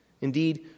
Indeed